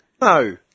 No